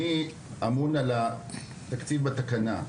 אני אמון על התקציב בתקנה,